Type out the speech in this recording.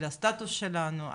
על הסטטוס שלנו,